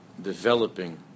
developing